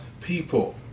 people